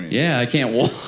yeah. i can't walk.